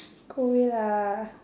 go away lah